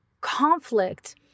conflict